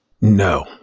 No